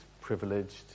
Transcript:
privileged